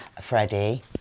Freddie